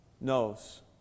knows